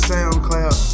SoundCloud